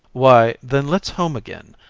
why, then, let's home again.